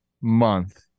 month